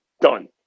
done